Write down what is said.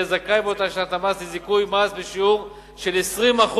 יהיה זכאי באותה שנת מס לזיכוי מס בשיעור של 20%